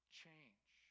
change